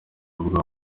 bavuga